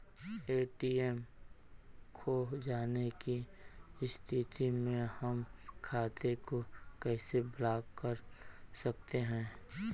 ATM खो जाने की स्थिति में हम खाते को कैसे ब्लॉक कर सकते हैं?